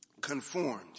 Conformed